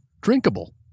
drinkable